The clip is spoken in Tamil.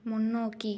முன்னோக்கி